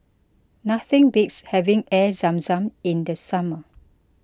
nothing beats having Air Zam Zam in the summer